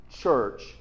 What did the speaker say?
church